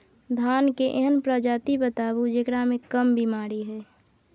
धान के एहन प्रजाति बताबू जेकरा मे कम बीमारी हैय?